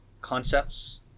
concepts